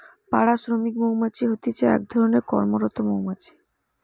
পাড়া শ্রমিক মৌমাছি হতিছে এক ধরণের কর্মরত মৌমাছি